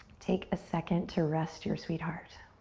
take a second to rest your sweet heart.